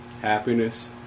happiness